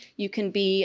you can be